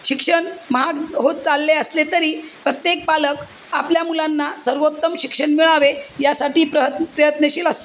शिक्षण महाग होत चालले असले तरी प्रत्येक पालक आपल्या मुलांना सर्वोत्तम शिक्षण मिळावे यासाठी प्रत् प्रयत्नशील असतो